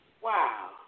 Wow